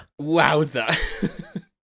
Wowza